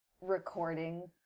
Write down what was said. recording